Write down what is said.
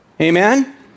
Amen